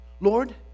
Lord